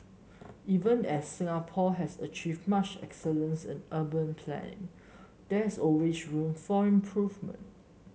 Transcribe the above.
even as Singapore has achieved much excellence in urban planning there is always room for improvement